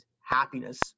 happiness